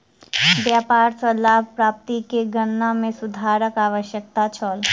व्यापार सॅ लाभ प्राप्ति के गणना में सुधारक आवश्यकता छल